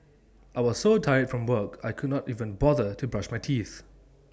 I was so tired from work I could not even bother to brush my teeth